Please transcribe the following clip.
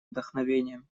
вдохновением